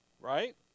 Right